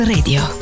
Radio